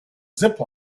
zip